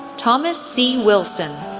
thomas c. wilson,